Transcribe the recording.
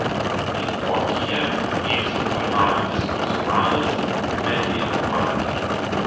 į tokiją vyks aptarnaujantis personalas media komanda